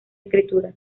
escritura